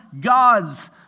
God's